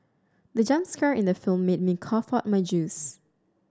the jump scare in the film made me cough out my juice